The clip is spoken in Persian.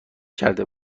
کرده